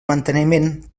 manteniment